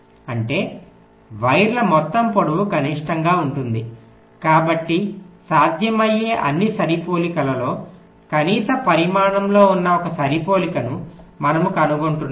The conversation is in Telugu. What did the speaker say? అంటే వైర్ల మొత్తం పొడవు కనిష్టంగా ఉంటుంది కాబట్టి సాధ్యమయ్యే అన్ని సరిపోలికలలో కనీస పరిమాణంలో ఉన్న ఒక సరిపోలికను మనము కనుగొంటున్నాము